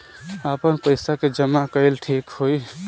आपन पईसा के जमा कईल ठीक होई?